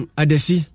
adesi